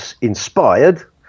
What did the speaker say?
inspired